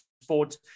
sport